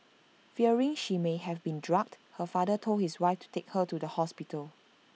fearing she may have been drugged her father told his wife to take her to the hospital